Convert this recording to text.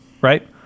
right